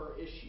issue